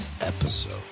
episode